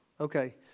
Okay